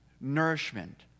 nourishment